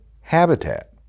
habitat